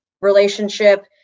relationship